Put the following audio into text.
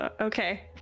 Okay